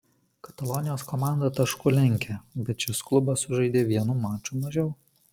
katalonijos komanda tašku lenkia bet šis klubas sužaidė vienu maču mažiau